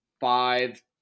five